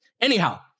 Anyhow